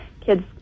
kids